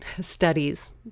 studies